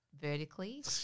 vertically